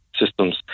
systems